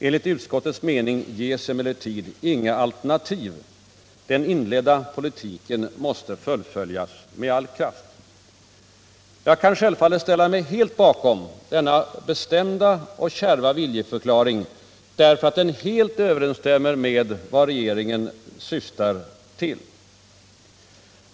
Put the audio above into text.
Enligt utskottets mening ges emellertid inget alternativ. Den inledda politiken måste fullföljas med all kraft.” Jag kan självfallet ställa mig helt bakom denna bestämda och kärva — Nr 41 viljeförklaring därför att den fullt ut överensstämmer med vad regeringen Onsdagen den syftar till.